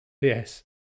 yes